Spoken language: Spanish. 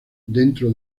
dentro